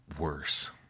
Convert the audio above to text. worse